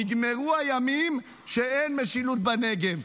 נגמרו הימים שאין משילות בנגב.